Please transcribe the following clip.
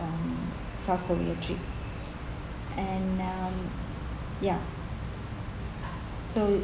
um south korea trip and um ya so